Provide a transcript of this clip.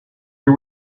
you